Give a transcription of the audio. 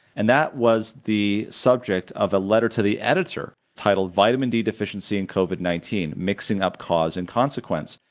and that was the subject of a letter to the editor titled vitamin d deficiency in covid nineteen mixing up cause and consequence,